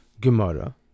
Gemara